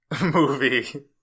movie